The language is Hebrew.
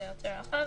יותר רחב.